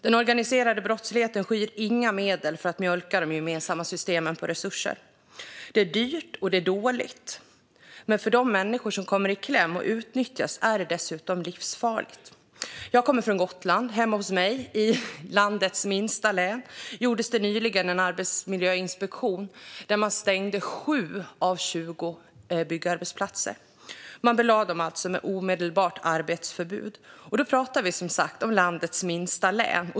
Den organiserade brottsligheten skyr inga medel för att mjölka de gemensamma systemen på resurser. Det är dyrt och dåligt, men för de människor som kommer i kläm och utnyttjas är det dessutom livsfarligt. Jag kommer från Gotland. Hemma hos mig, i landets minsta län, gjordes nyligen en arbetsmiljöinspektion, och då stängdes 7 av 20 byggarbetsplatser. Man belade dem med omedelbart arbetsförbud. Vi talar som sagt om landets minsta län.